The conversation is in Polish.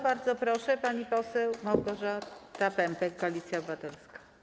Bardzo proszę, pani poseł Małgorzata Pępek, Koalicja Obywatelska.